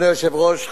אדוני היושב-ראש,